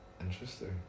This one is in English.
Interesting